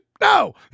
No